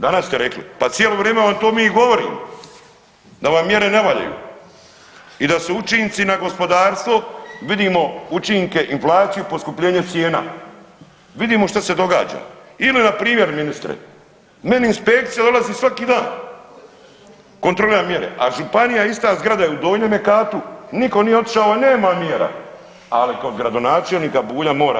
Danas ste rekli, pa cijelo vrijeme vam to i mi govorimo da vam mjere ne valjaju i da su učinci na gospodarstvo vidimo učinke inflacije poskupljenje cijena, vidimo šta se događa ili npr. ministre meni inspekcija dolazi svaki dan, kontrolira mjere, a županija ista zgrada je u donjeme katu nitko nije otišao, nema mjera, ali kod gradonačelnika Bulja mora.